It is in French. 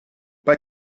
pas